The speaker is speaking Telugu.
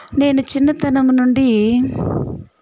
నేను చిన్నతనము నుండి